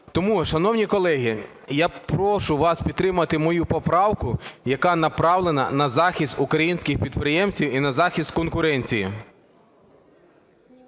Тому, шановні колеги, я прошу вас підтримати мою поправку, яка направлена на захист українських підприємців і на захист конкуренції.